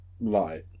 Light